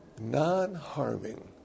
Non-harming